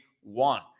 one